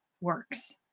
works